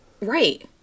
Right